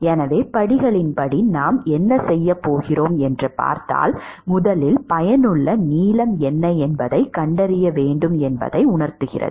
எனவே படிகளின்படி நாம் என்ன செய்வோம் முதலில் பயனுள்ள நீளம் என்ன என்பதைக் கண்டறியலாம்